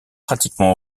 pratiquement